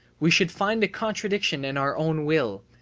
we should find a contradiction in our own will,